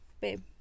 babe